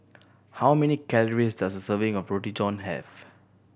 how many calories does a serving of Roti John have